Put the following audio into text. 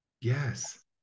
Yes